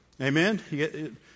Amen